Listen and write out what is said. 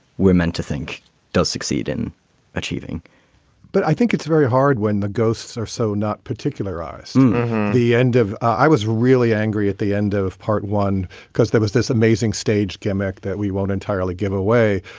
women to think does succeed in achieving but i think it's very hard when the ghosts are so not particular as the end of. i was really angry at the end of part one because there was this amazing stage gimmick that we won't entirely give away,